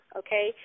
okay